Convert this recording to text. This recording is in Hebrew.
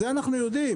זה אנחנו יודעים,